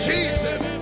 Jesus